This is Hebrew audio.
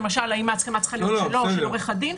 אם ההסכמה צריכה להיות שלו או של עורך הדין.